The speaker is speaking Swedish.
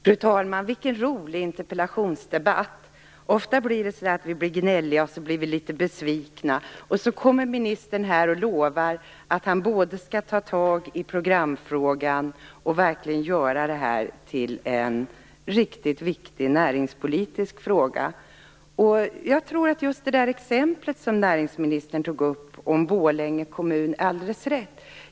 Fru talman! Vilken rolig interpellationsdebatt! Ofta blir det så att vi är gnälliga och besvikna. Men nu kommer ministern och lovar både att ta itu med handlingsprogramfrågan och att verkligen göra detta till en riktigt viktig näringspolitisk fråga. Det exempel från Borlänge som näringsministern tog upp är alldeles rätt.